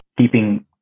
keeping